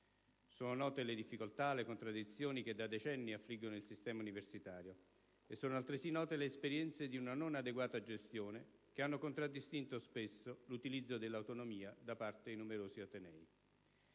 Sono note le difficoltà e le contraddizioni che da decenni affliggono il sistema universitario e sono altresì note le esperienze di non adeguata gestione che hanno contraddistinto spesso l'utilizzo dell'autonomia da parte di numerosi atenei.